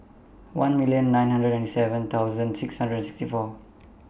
one million nine hundred and seven thousand six hundred and sixty four